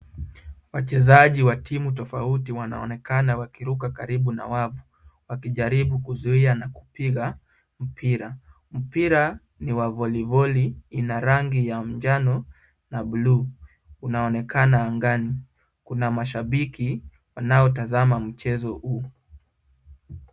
Wachezaji wa timu tofauti wanaonekana wakiruka karibu na wavu wakijaribu kuzuia na kupiga mpira. Mpira ni wa voliboli, ina rangi ya njano na buluu unaonekana angani. Kuna mashabiki wanaotazama mchezo huu.